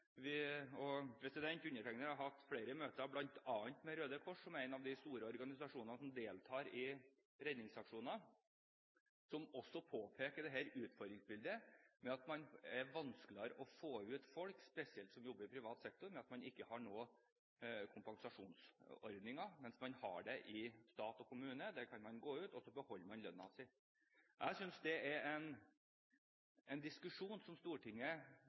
Undertegnede har hatt flere møter med bl.a. Røde Kors, som er en av de store organisasjonene som deltar i redningsaksjoner, som også påpeker dette utfordringsbildet med at det er vanskeligere å få ut folk, spesielt de som jobber i privat sektor i og med at man ikke har noen kompensasjonsordninger, mens man har det i stat og kommune – der kan man gå ut, og så beholder man lønnen sin. Jeg synes det er en diskusjon som Stortinget